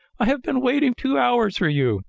i have been waiting two hours for you!